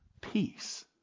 peace